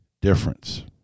difference